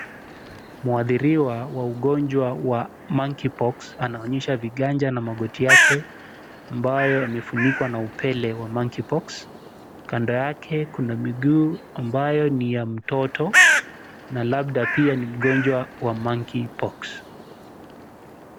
Mwathiriwa wa ugonjwa wa monkey pox anaonyesha viganja na magoti yake ambayo yamefunikwa na upele wa monkey pox . Kando yake kuna miguu ambayo ni ya mtoto na labda pia ni mgonjwa wa monkey pox .